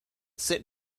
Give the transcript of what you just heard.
sit